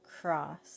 cross